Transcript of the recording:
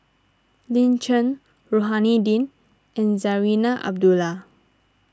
Lin Chen Rohani Din and Zarinah Abdullah